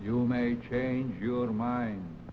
you may change your mind